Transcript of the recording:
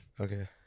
Okay